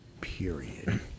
period